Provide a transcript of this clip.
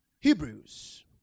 Hebrews